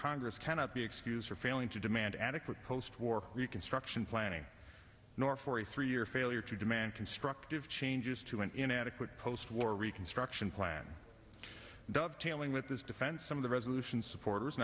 congress cannot be excused for failing to demand adequate post war reconstruction planning nor for a three year failure to demand constructive changes to an inadequate post war reconstruction plan the tailing with this defense some of the resolutions supporters